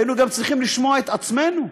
היינו גם צריכים לשמוע את עצמנו,